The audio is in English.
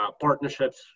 partnerships